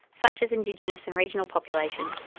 such as indigenous and regional populations,